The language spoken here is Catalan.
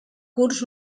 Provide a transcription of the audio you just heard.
curs